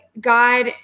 God